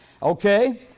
Okay